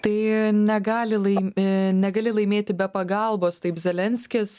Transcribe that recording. tai negali laim e negali laimėti be pagalbos taip zelenskis